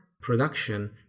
production